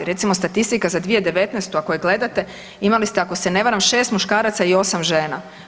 Recimo statistika za 2019. ako je gledate, imali ste ako se ne varam 6 muškaraca i 8 žena.